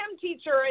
teacher